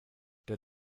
der